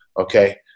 Okay